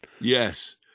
Yes